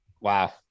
Wow